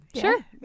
sure